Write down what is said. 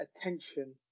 attention